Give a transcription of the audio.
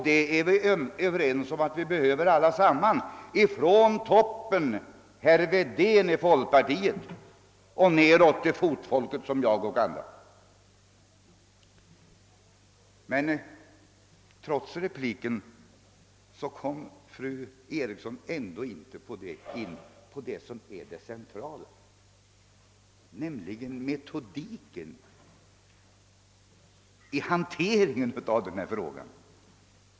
Det är vi allesammans överens om att vi behöver, från toppen med herr Wedén i folkpartiet i spetsen och ända ned till fotfolket med sådana som jag och andra. Men trots repliken kom fru Eriksson inte in på det som är det centrala, nämligen metodiken i hanteringen av frågan.